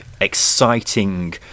exciting